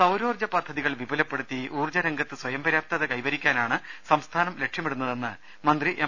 സൌരോർജ്ജ പദ്ധതികൾ വിപൂലപ്പെടുത്തി ഊർജ്ജ രംഗത്ത് സ്വയംപര്യാപ്തത കൈവരിക്കാനാണ് സംസ്ഥാനം ലക്ഷ്യമിടുന്നതെന്ന് മന്ത്രി എം